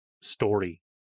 story